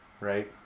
right